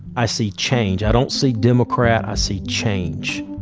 i see change. i don't see democrat. i see change,